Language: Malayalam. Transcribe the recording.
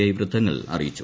ഐ വൃത്തങ്ങൾ അറിയിച്ചു